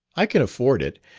i can afford it,